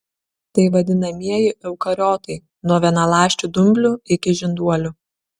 tai vadinamieji eukariotai nuo vienaląsčių dumblių iki žinduolių